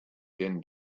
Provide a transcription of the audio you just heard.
din